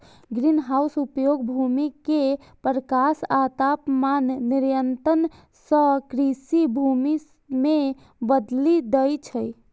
greenhouse अयोग्य भूमि कें प्रकाश आ तापमान नियंत्रण सं कृषि भूमि मे बदलि दै छै